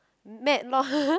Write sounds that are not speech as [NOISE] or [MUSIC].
matt lor [LAUGHS]